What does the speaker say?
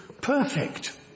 perfect